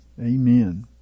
amen